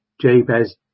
Jabez